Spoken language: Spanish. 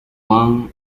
juan